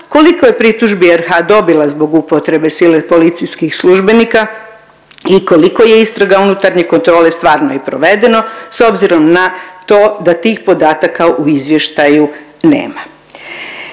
koliko je pritužbi RH dobila zbog upotrebe sile od policijskih službenika i koliko je istraga unutarnje kontrole stvarno i provedeno s obzirom na to da tih podataka u izvještaju nema.